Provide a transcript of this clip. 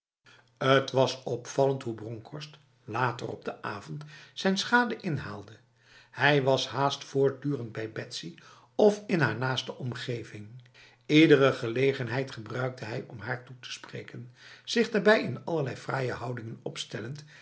het was opvallend hoe bronkhorst later op de avond zijn schade inhaalde hij was haast voortdurend bij betsy of in haar naaste omgeving iedere gelegenheid gebruikte hij om haar toe te spreken zich daarbij in allerlei fraaie houdingen opstellend